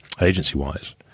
agency-wise